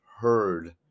heard